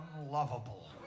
unlovable